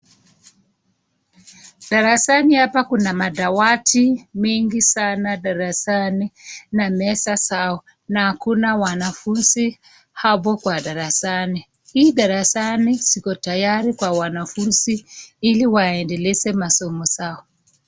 Darasani hapa kuna madawati mengi sana darasani na meza zao, na hakuna wanafunzi hapo kwa darasani. Hii darasani ziko tayari kwa wanafunzi ili waendeleze masomo zao.